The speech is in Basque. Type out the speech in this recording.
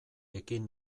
ekin